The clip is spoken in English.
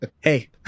hey